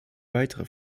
weitere